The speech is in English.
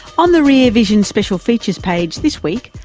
on the rear vision special features page this week,